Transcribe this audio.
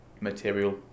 material